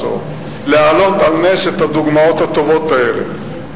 להעלות על הנס את הדוגמאות הטובות האלה.